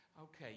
Okay